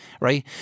Right